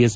S